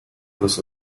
los